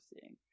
seeing